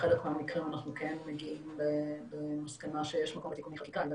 בחלק מהמקרים אנחנו כן מגיעים למסקנה שיש מקום לתיקוני חקיקה.